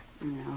No